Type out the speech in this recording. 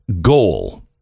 goal